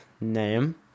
name